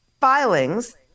filings